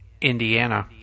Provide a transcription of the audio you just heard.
Indiana